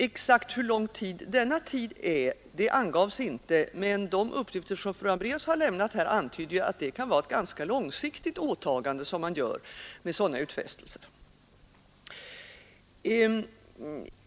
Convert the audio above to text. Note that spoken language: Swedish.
Exakt hur lång sådan tid är angavs inte, men de uppgifter som fru Hambraeus har lämnat här antyder att det kan vara ett ganska långsiktigt åtagande som man ikläder sig med sådana utfästelser.